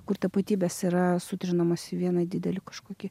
kur tapatybės yra sutrinamos į vieną didelį kažkokį